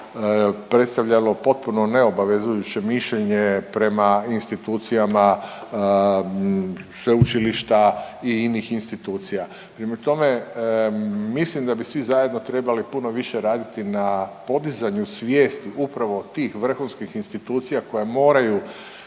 predstavljalo potpuno neobavezujuće mišljenje prema institucijama sveučilišta i inih institucija. Prema tome mislim da bi svi zajedno trebali puno više raditi na podizanju svijesti upravo tih vrhunskih institucija koja moraju